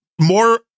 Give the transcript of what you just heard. more